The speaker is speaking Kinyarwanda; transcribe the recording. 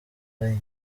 inyuma